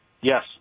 Yes